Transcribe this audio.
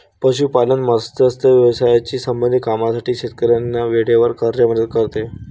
पशुपालन, मत्स्य व्यवसायाशी संबंधित कामांसाठी शेतकऱ्यांना वेळेवर कर्ज मदत करते